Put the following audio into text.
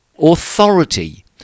authority